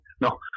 No